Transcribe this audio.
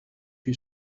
you